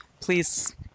please